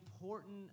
important